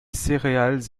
céréales